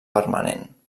permanent